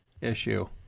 issue